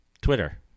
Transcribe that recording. Twitter